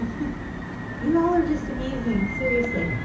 like you all are just amazing seriously.